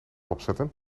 opzetten